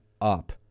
up